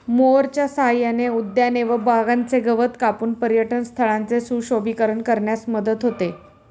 मोअरच्या सहाय्याने उद्याने व बागांचे गवत कापून पर्यटनस्थळांचे सुशोभीकरण करण्यास मदत होते